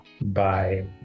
Bye